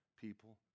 people